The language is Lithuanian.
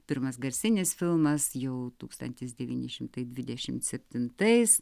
pirmas garsinis filmas jau tūkstantis devyni šimtai dvidešimt septintais